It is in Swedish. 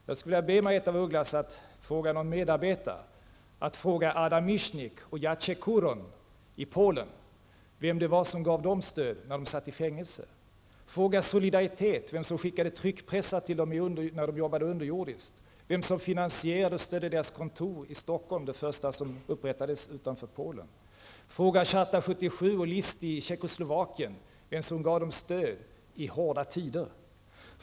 Jag skulle vilja be Margaretha af Ugglas att låta fråga Adam Michnik och Jacek Kuron i Polen vem det var som gav dem stöd när de satt i fängelse. Fråga Solidaritet vem som skickade tryckpressar till dem när de jobbade underjordiskt, vem som finansierade och stödde deras kontor i Stockholm, det första som upprättades utanför Polen. Fråga Charta 77 och Listy i Tjeckoslovakien vem som gav dem stöd i hårda tider.